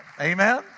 Amen